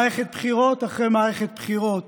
מערכת בחירות אחרי מערכת בחירות